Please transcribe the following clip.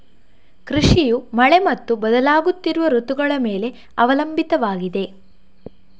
ಕೃಷಿಯು ಮಳೆ ಮತ್ತು ಬದಲಾಗುತ್ತಿರುವ ಋತುಗಳ ಮೇಲೆ ಅವಲಂಬಿತವಾಗಿದೆ